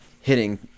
hitting